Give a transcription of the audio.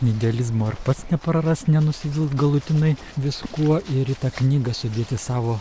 idealizmo ir pats neprarast nenusivilt galutinai viskuo ir į tą knygą sudėti savo